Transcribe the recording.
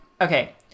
Okay